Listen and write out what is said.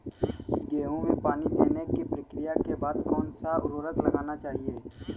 गेहूँ में पानी देने की प्रक्रिया के बाद कौन सा उर्वरक लगाना चाहिए?